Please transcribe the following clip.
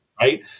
Right